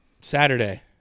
Saturday